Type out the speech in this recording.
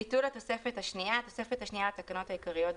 תקנה 14. ביטול התוספת השנייה התוספת השנייה לתקנות העיקריות,